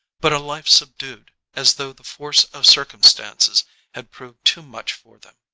but a life subdued, as though the force of circumstances had proved too much for them.